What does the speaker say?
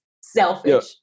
Selfish